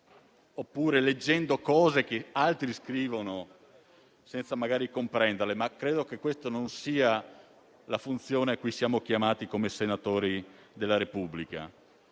oppure leggendo cose che altri scrivono senza magari comprenderle, ma credo che questa non sia la funzione cui siamo chiamati come senatori della Repubblica.